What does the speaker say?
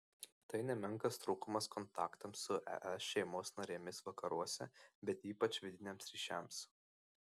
tai nemenkas trūkumas kontaktams su es šeimos narėmis vakaruose bet ypač vidiniams ryšiams